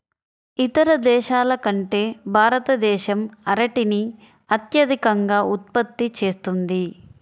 ఇతర దేశాల కంటే భారతదేశం అరటిని అత్యధికంగా ఉత్పత్తి చేస్తుంది